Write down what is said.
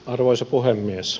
arvoisa puhemies